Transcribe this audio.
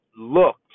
looked